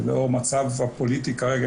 ולאור המצב הפוליטי כרגע,